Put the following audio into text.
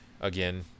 Again